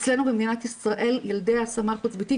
אצלנו במדינת ישראל ילדי ההשמה החוץ ביתית